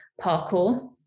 parkour